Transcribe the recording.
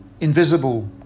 invisible